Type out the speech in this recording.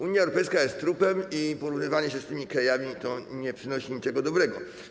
Unia Europejska jest trupem i porównywanie się z tymi krajami nie przynosi niczego dobrego.